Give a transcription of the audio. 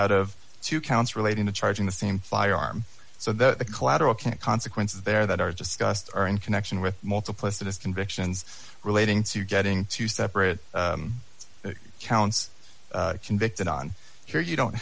out of two counts relating to charging the same firearm so that the collateral can't consequences there that are just cussed are in connection with multiplicities convictions relating to getting two separate counts convicted on here you don't